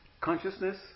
consciousness